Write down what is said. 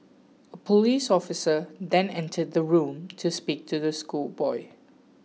a police officer then entered the room to speak to the schoolboy